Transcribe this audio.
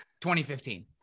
2015